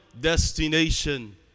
destination